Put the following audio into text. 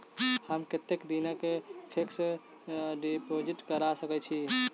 हम कतेक दिनक फिक्स्ड डिपोजिट करा सकैत छी?